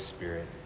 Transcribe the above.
Spirit